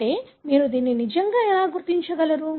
అంటే మీరు దీన్ని నిజంగా ఎలా గుర్తించగలరు